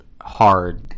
hard